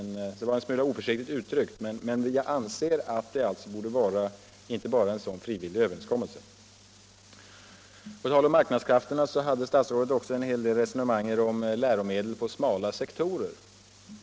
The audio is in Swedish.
Jag uttryckte mig som sagt en smula oförsiktigt, men jag anser att det alltså skall vara inte bara en sådan frivillig överenskommelse. På tal om marknadskrafterna hade statsrådet också en hel del resonemang om läromedel på smala sektorer.